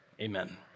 Amen